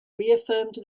reaffirmed